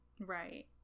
right